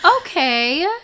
Okay